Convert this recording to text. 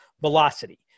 velocity